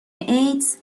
ایدز